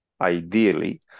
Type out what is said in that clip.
ideally